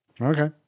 Okay